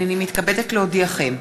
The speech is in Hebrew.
הנני מתכבדת להודיעכם,